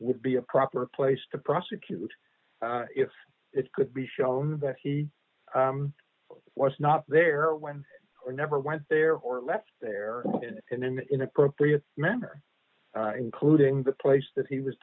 would be a proper place to prosecute if it could be shown that he was not there when or never went there or left there and then in appropriate manner including the place that he was